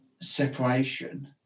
separation